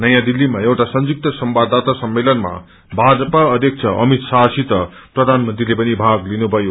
नयाँ दिल्लीमा एउटा संयुक्त संवाददाता सम्मेलनमा भाजपा अध्यक्ष अमित शाहसित प्रधानमंत्रीले पनि भाग लिनुभयो